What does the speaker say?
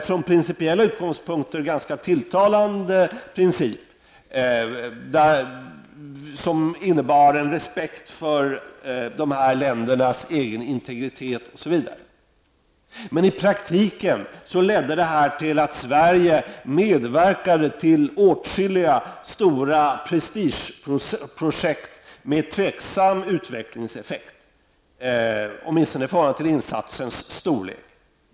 Från principiella utgångspunkter var detta en ganska tilltalande princip, som innebar en respekt för dessa länders egen integritet. Men i praktiken ledde denna princip till att Sverige medverkade till åtskilliga stora prestigeprojekt med tvivelaktig utvecklingseffekt, åtminstone i förhållande till insatsens storlek.